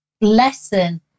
lesson